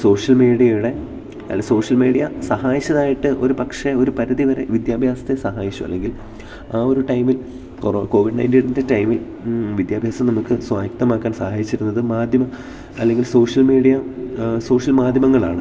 social മീഡിയയുടെ അല്ല social media സഹായിച്ചതായിട്ട് ഒരു പക്ഷേ ഒരു പരിധി വരെ വിദ്യാഭ്യാസത്തെ സഹായിച്ചു അല്ലെങ്കിൽ ആ ഒരു ടൈമിൽ കൊറ കോവിഡ് നയൻറ്റീനിൻ്റെ ടൈമിൽ വിദ്യാഭ്യാസം നമുക്ക് സ്വായത്തമാക്കാൻ സഹായിച്ചിരുന്നത് മാധ്യമം അല്ലെങ്കിൽ സോഷ്യൽ മീഡിയ സോഷ്യൽ മാധ്യമങ്ങളാണ്